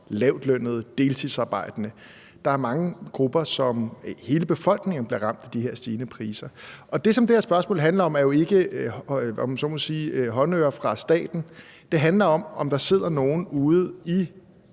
lavtlønnede, deltidsarbejdende. Der er mange grupper, og hele befolkningen bliver ramt af de her stigende priser. Og det, som det her spørgsmål handler om, er jo ikke, om jeg så må sige, håndører fra staten. Det handler om, om der sidder nogen ude i